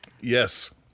Yes